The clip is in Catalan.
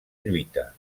lluita